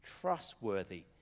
trustworthy